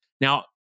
Now